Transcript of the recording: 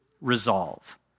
resolve